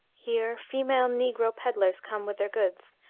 here female negro pedlars come with their goods,